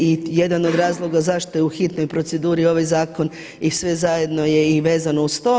I jedan od razloga zašto je u hitnoj proceduri ovaj zakon i sve zajedno je i vezano uz to.